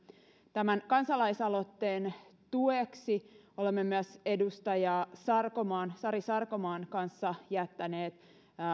tämän kansalaisaloitteen tueksi olemme myös edustaja sari sarkomaan kanssa jättäneet